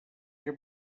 què